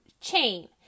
chain